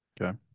Okay